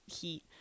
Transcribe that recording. heat